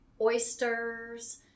oysters